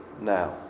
now